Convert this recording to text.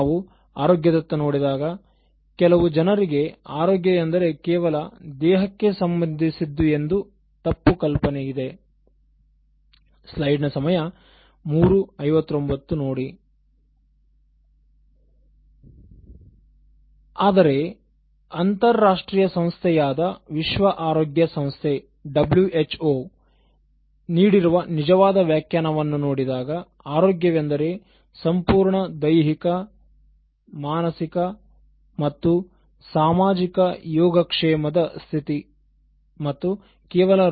ನಾವು ಆರೋಗ್ಯ ದತ್ತ ನೋಡಿದಾಗ ಕೆಲವು ಜನರಿಗೆ ಆರೋಗ್ಯ ಎಂದರೆ ಕೇವಲ ದೇಹಕ್ಕೆ ಸಂಬಂಧಿಸಿದ್ದು ಎಂಬ ತಪ್ಪು ಕಲ್ಪನೆಯಿದೆ ಆದರೆ ಅಂತರರಾಷ್ಟ್ರೀಯ ಸಂಸ್ಥೆಯಾದ ವಿಶ್ವ ಆರೋಗ್ಯ ಸಂಸ್ಥೆ ಯು ನೀಡಿರುವ ನಿಜವಾದ ವ್ಯಾಖ್ಯಾನವನ್ನು ನೋಡಿದಾಗ ಆರೋಗ್ಯವೆಂದರೆ ಸಂಪೂರ್ಣ ದೈಹಿಕ ಮಾನಸಿಕ ಮತ್ತು ಸಾಮಾಜಿಕ ಯೋಗಕ್ಷೇಮದ ಸ್ಥಿತಿ ಮತ್ತು ಕೇವಲ ರೋಗ ಅಥವಾ ದುರ್ಬಲತೆಯ ಅನುಪಸ್ಥಿತಿಯಲ್ಲ